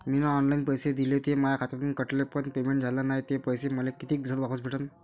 मीन online पैसे दिले, ते माया खात्यातून कटले, पण पेमेंट झाल नायं, ते पैसे मले कितीक दिवसात वापस भेटन?